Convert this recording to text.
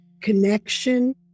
connection